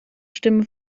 stimmen